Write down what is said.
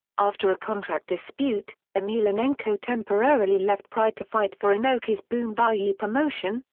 after a contract dispute, emelianenko temporarily left pride to fight for inoki's boom ba ye promotion,